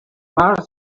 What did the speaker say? más